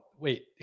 Wait